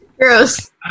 Gross